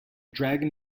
dragon